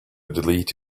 delete